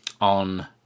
on